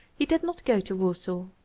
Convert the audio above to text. he did not go to warsaw,